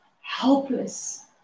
helpless